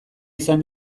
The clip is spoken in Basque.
izan